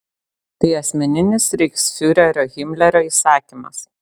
tai asmeninis reichsfiurerio himlerio įsakymas